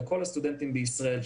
לכל הסטודנטים בישראל,